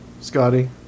Scotty